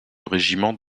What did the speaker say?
régiment